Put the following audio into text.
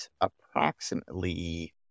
approximately